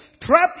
Trapped